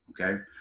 okay